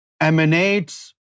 emanates